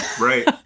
Right